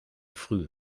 früh